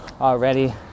already